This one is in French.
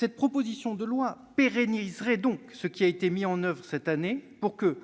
elle était adoptée, pérenniserait ce qui a été mis en oeuvre cette année, afin que